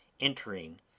Entering